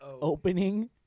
opening